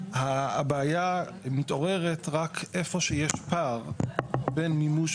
הבעיה מתעוררת רק איפה שיש פער בין מימוש